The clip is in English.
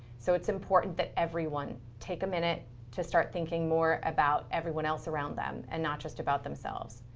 so it's important that everyone take a minute to start thinking more about everyone else around them, and not just about themselves.